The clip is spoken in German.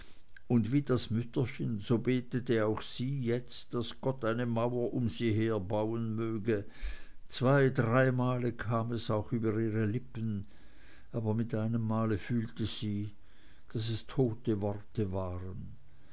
und wie das mütterchen so betete auch sie jetzt daß gott eine mauer um sie her bauen möge zwei drei male kam es auch über ihre lippen aber mit einemmal fühlte sie daß es tote worte waren